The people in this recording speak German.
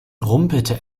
rumpelte